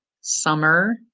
summer